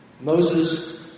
Moses